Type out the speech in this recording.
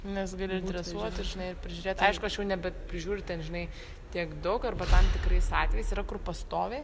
nes gali ir dresuot ir žinai ir prižiūrėt aišku aš jau nebeprižiūriu ten žinai tiek daug arba tam tikrais atvejais yra kur pastoviai aha